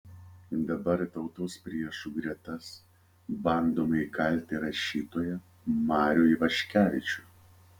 dabar į tautos priešų gretas bandoma įkalti rašytoją marių ivaškevičių